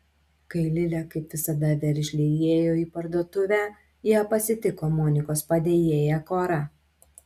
kai lilė kaip visada veržliai įėjo į parduotuvę ją pasitiko monikos padėjėja kora